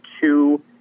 two